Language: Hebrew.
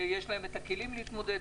שיש להם את הכלים להתמודד,